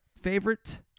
favorite